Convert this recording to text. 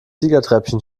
siegertreppchen